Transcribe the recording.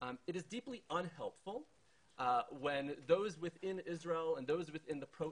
תודה רבה ואני חושבת שהכנסת באופן פנימי